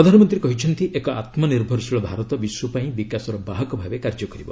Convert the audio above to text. ପ୍ରଧାନମନ୍ତ୍ରୀ କହିଛନ୍ତି ଏକ ଆତ୍ମନିର୍ଭରଶୀଳ ଭାରତ ବିଶ୍ୱ ପାଇଁ ବିକାଶର ବାହକ ଭାବେ କାର୍ଯ୍ୟ କରିବ